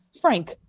Frank